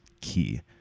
key